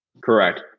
Correct